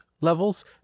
levels